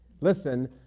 listen